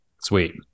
sweet